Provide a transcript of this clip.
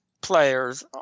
players